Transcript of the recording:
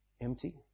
empty